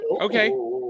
Okay